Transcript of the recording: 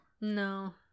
no